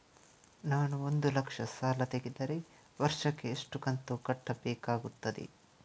ನಾನು ಒಂದು ಲಕ್ಷ ಸಾಲ ತೆಗೆದರೆ ವರ್ಷಕ್ಕೆ ಎಷ್ಟು ಕಂತು ಕಟ್ಟಬೇಕಾಗುತ್ತದೆ?